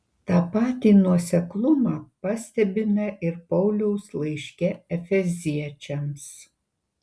tą patį nuoseklumą pastebime ir pauliaus laiške efeziečiams